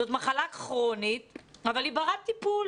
זאת מחלה כרונית אבל היא ברת טיפול.